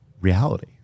reality